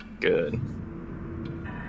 Good